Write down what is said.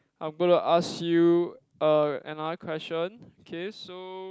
I'm gonna ask you <(uh) another question K so